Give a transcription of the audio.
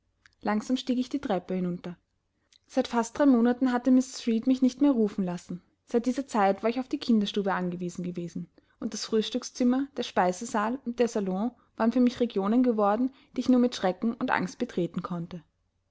langsam stieg ich die treppe hinunter seit fast drei monaten hatte mrs reed mich nicht mehr rufen lassen seit dieser zeit war ich auf die kinderstube angewiesen gewesen und das frühstückszimmer der speisesaal und der salon waren für mich regionen geworden die ich nur mit schrecken und angst betreten konnte